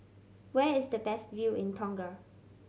where is the best view in Tonga